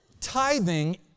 Tithing